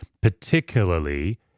particularly